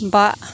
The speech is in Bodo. बा